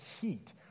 heat